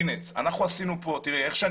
קק"ל.